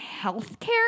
healthcare